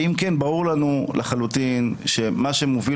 שאם כן ברור לנו לחלוטין שמה שמוביל